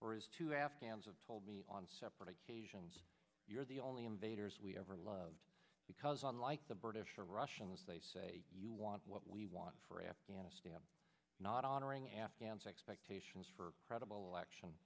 to afghans have told me on separate occasions you're the only invaders we ever loved because unlike the british or russians they say you want what we want for afghanistan not honoring afghans expectations for credible action